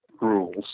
rules